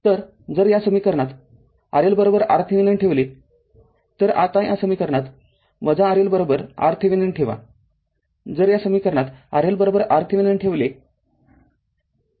तर जर या समीकरणात RL RThevenin ठेवलेतर आता या समीकरणात RL RThevenin ठेवाजर या समीकरणात RL RThevenin ठेवले